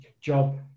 job